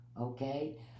Okay